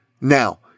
Now